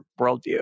worldview